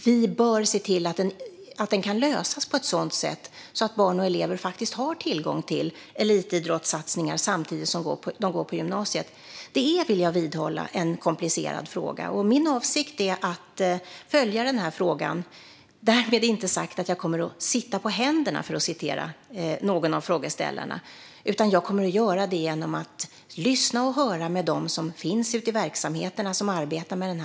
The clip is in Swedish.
Vi bör se till att denna fråga kan lösas på ett sådant sätt att barn och elever har tillgång till elitidrottssatsningar samtidigt som de går på gymnasiet. Det är, vill jag vidhålla, en komplicerad fråga. Min avsikt är att följa den - därmed inte sagt att jag kommer att sitta på händerna, för att citera en av frågeställarna. Jag kommer att göra det genom att lyssna på dem som finns ute i verksamheterna och som arbetar med detta.